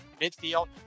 midfield